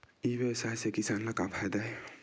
ई व्यवसाय से किसान ला का फ़ायदा हे?